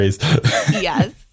Yes